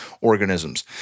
organisms